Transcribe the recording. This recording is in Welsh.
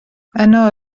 yno